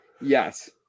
Yes